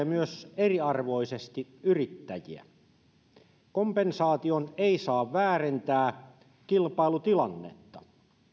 myös kohtelee eriarvoisesti yrittäjiä kompensaatio ei saa väärentää kilpailutilannetta